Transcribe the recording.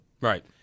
Right